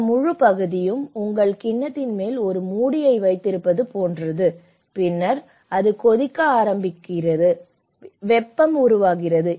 இந்த முழு பகுதியும் உங்கள் கிண்ணத்தின் மேல் ஒரு மூடியை வைத்திருப்பது போன்றது பின்னர் அது கொதிக்க ஆரம்பித்தது பின்னர் வெப்பம் உருவாகிறது